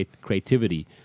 creativity